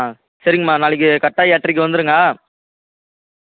அப்பறம் கால்ல சார் நாங்கள் கால்ல ஆ